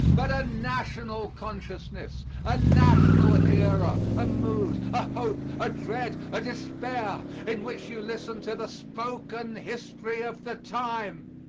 but a national consciousness a national era, a mood, a hope, a dread, a despair in which you listen to the spoken history of the time.